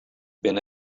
been